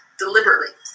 deliberately